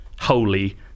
holy